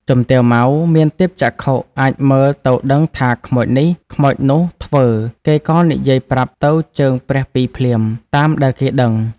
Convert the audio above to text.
ជំទាវ ម៉ៅ មានទិព្វចក្ខុ អាចមើលទៅដឹងថាខ្មោចនេះ ខ្មោចនោះធ្វើ គេក៏និយាយប្រាប់ទៅជើងព្រះ2ភ្លាម តាមដែលគេដឹង ។